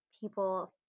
people